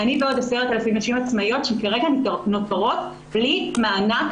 אני ועוד 10,000 נשים עצמאיות שכרגע נותרות בלי מענק,